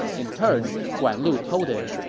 in turn, guan lu told him,